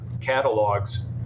catalogs